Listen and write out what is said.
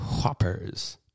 hoppers